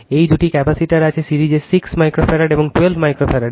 এই দুটি ক্যাপাসিটার আছে সিরিজ 6 মাইক্রোফ্যারাড এবং 12 মাইক্রোফ্যারাড